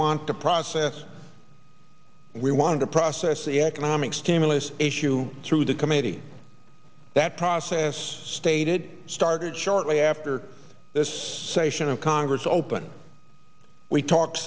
want to process we want to process the economic stimulus issue through the committee that process stated started shortly after this session of congress to open we talked